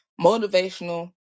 motivational